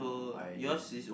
mm I just